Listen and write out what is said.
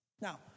Now